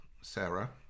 Sarah